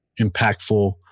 impactful